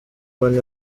bane